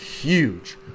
huge